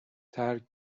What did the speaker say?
ترک